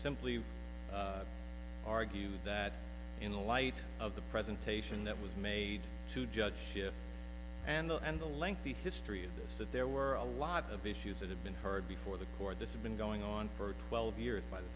simply argue that in light of the presentation that was made to judge shift and the and the lengthy history of this that there were a lot of issues that have been heard before the court this have been going on for twelve years by the